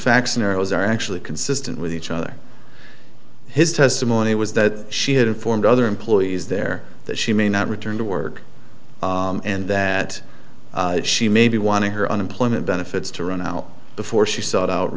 facts nurses are actually consistent with each other his testimony was that she had informed other employees there that she may not return to work and that she may be wanting her unemployment benefits to run out before she sought out